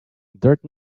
dirt